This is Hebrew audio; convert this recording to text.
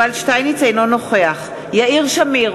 אינו נוכח יאיר שמיר,